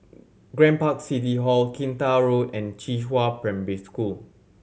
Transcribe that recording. Grand Park City Hall Kinta Road and Qihua Primary School